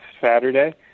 Saturday